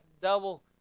double